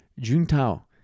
Juntao